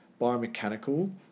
biomechanical